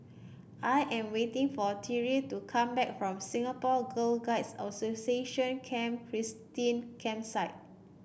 I am waiting for Tyreke to come back from Singapore Girl Guides Association Camp Christine Campsite